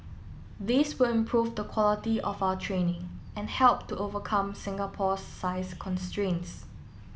this will improve the quality of our training and help to overcome Singapore's size constraints